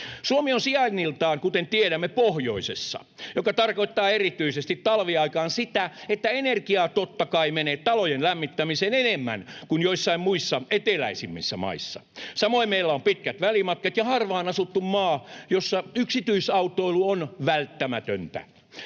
Suomi on sijainniltaan, kuten tiedämme, pohjoisessa, mikä tarkoittaa erityisesti talviaikaan sitä, että energiaa, totta kai, menee talojen lämmittämiseen enemmän kuin joissain muissa eteläisimmissä maissa. Samoin meillä on pitkät välimatkat ja harvaan asuttu maa, jossa yksityisautoilu on välttämätöntä.